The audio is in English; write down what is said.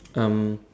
um